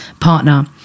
partner